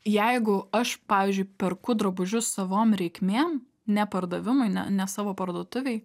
jeigu aš pavyzdžiui perku drabužius savom reikmėm ne pardavimui ne ne savo parduotuvei